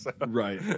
right